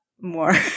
more